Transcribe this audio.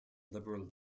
liberal